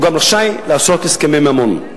והוא גם רשאי לעשות הסכמי ממון.